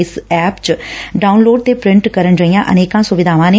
ਇਸ ਐਪ ਚ download print ਕਰਨ ਜਿਹੀਆਂ ਅਨੇਕਾਂ ਸੁਵਿਧਾਵਾਂ ਨੇ